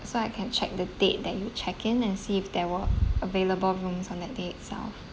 so I can check the date that you checked in and see if there were available rooms on that day itself